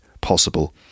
possible